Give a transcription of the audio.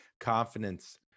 Confidence